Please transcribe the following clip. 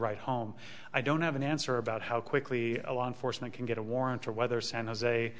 right home i don't have an answer about how quickly a law enforcement can get a warrant or whether sent as a